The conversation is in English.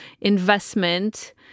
investment